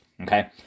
okay